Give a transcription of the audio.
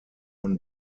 von